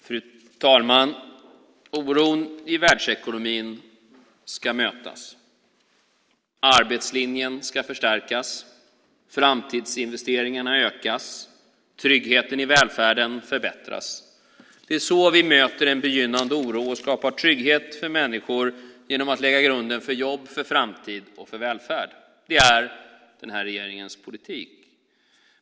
Fru talman! Oron i världsekonomin ska mötas. Arbetslinjen ska förstärkas och framtidsinvesteringarna ökas. Tryggheten i välfärden ska förbättras. Det är så vi möter en begynnande oro och skapar trygghet för människor genom att lägga grunden för jobb, för framtid och för välfärd. Det är den här regeringens politik.